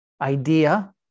idea